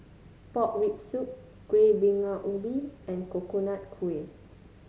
Pork Rib Soup Kueh Bingka Ubi and Coconut Kuih